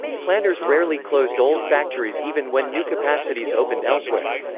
planners rarely closed old factories even when new capacities opened elsewhere.